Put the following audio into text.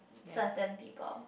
certain people